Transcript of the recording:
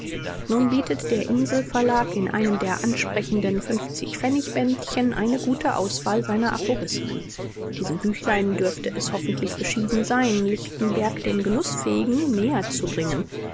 nun bietet der insel-verlag in einem der ansprechenden pfennig bändchen eine gute auswahl seiner aphorismen diesem büchlein dürfte es hoffentlich beschieden sein lichtenberg den genußfähigen näher zu bringen